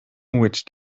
which